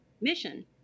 mission